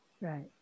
Right